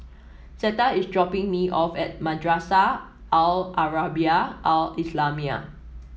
Zetta is dropping me off at Madrasah Al Arabiah Al Islamiah